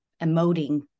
Emoting